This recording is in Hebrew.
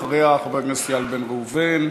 אחריה, חברי הכנסת איל בן ראובן,